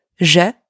Je